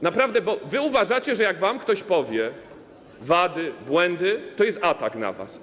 Naprawdę... wy uważacie, że jak wam ktoś wypowie wady, błędy, to jest to atak na was.